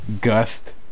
gust